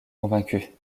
convaincue